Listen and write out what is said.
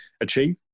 achieve